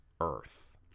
Earth